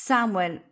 Samuel